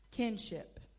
Kinship